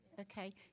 okay